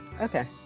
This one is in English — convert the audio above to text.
okay